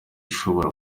ishobora